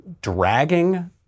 dragging